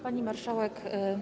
Pani Marszałek!